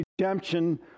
redemption